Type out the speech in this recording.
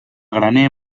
graner